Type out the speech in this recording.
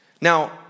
Now